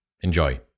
Enjoy